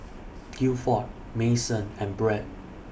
Gilford Mason and Bret